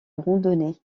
randonnée